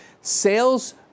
sales